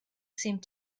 seemed